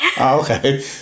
Okay